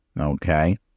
okay